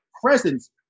presence